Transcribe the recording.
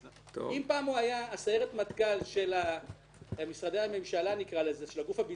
אם פעם הוא היה סיירת המטכ"ל של הגוף הביצועי